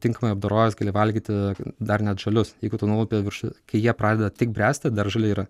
tinkamai apdorojus gali valgyti dar net žalius jeigu tu nulupi viršų kai jie pradeda tik bręsti dar žali yra